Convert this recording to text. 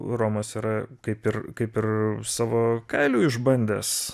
romas yra kaip ir kaip ir savo kailiu išbandęs